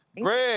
Greg